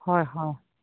হয় হয়